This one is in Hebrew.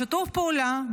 בשיתוף פעולה,